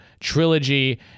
trilogy